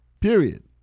Period